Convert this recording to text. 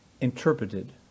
interpreted